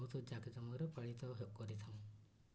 ବହୁତ ଜାକଜମକ୍ରେ ପାଳିତ କରିଥାଉ